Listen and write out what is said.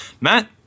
Matt